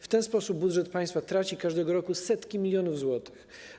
W ten sposób budżet państwa traci każdego roku setki milionów złotych.